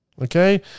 okay